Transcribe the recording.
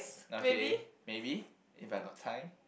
okay maybe if I got time